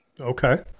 Okay